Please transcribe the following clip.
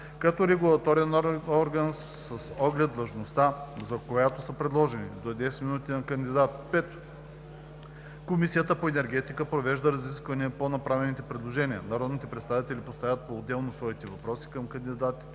като регулаторен орган с оглед длъжността, за която са предложени – до 10 минути на кандидат. 5. Комисията по енергетика провежда разисквания по направените предложения. Народните представители поставят поотделно своите въпроси към кандидатите